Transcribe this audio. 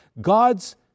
God's